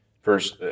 first